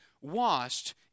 washed